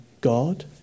God